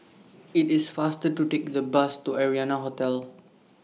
IT IS faster to Take The Bus to Arianna Hotel